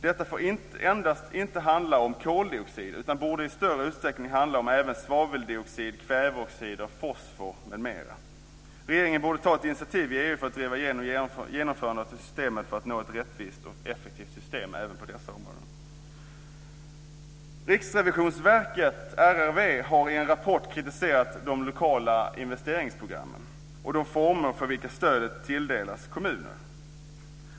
Detta får inte endast handla om koldioxid utan borde i större utsträckning handla om även svaveldioxid, kväveoxider, fosfor, m.m. Regeringen borde ta ett initiativ i EU för att driva igenom genomförandet av systemet för att nå ett rättvist och effektivt system även på dessa områden. Riksrevisionsverket, RRV, har i en rapport kritiserat de lokala investeringsprogrammen och de former för vilka stödet tilldelas kommuner.